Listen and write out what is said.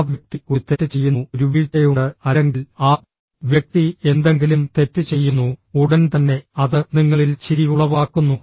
ആ വ്യക്തി ഒരു തെറ്റ് ചെയ്യുന്നു ഒരു വീഴ്ചയുണ്ട് അല്ലെങ്കിൽ ആ വ്യക്തി എന്തെങ്കിലും തെറ്റ് ചെയ്യുന്നു ഉടൻ തന്നെ അത് നിങ്ങളിൽ ചിരി ഉളവാക്കുന്നു